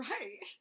Right